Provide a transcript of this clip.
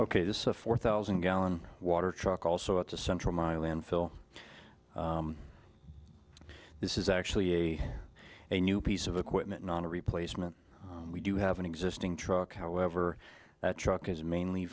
ok this is a four thousand gallon water truck also at the central my landfill this is actually a a new piece of equipment not a replacement we do have an existing truck however that truck is mainly